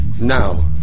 now